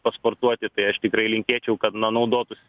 pasportuoti tai aš tikrai linkėčiau kad na naudotųsi